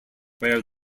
where